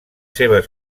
seves